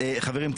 חברים,